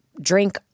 drink